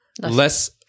less